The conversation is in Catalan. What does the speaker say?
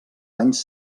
anys